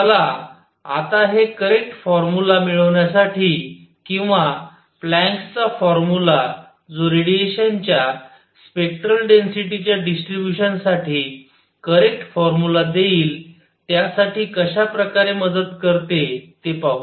चला आता हे करेक्ट फॉर्मुला मिळवण्यासाठी किंवा प्लँक्स चा फॉर्मुला जो रेडिएशनच्या स्पेक्टरल डेन्सिटीच्या डिस्ट्रिब्युशन साठी करेक्ट फॉर्मुला देईल त्यासाठी कशा प्रकारे मदत करते ते पाहू